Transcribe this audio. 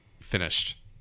finished